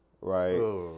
right